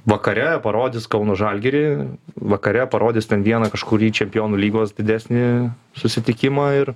vakare parodys kauno žalgirį vakare parodys ten vieną kažkurį čempionų lygos didesnį susitikimą ir